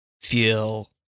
feel